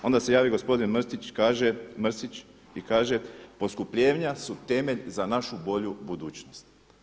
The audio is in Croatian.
Onda se javi gospodin Mrsić kaže poskupljenja su temelj za našu bolju budućnost.